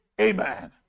Amen